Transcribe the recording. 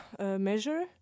measure